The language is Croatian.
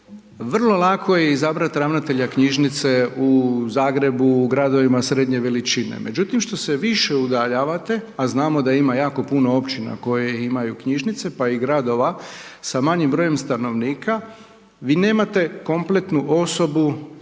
Vrlo lako je izabrati ravnatelja knjižnice u Zagrebu, u gradovima srednje veličine. Međutim što se više udaljavate a znamo da ima jako puno općina koje imaju knjižnice pa i gradova sa manjim brojem stanovnika, vi nemate kompletnu osobu,